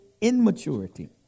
immaturity